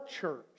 church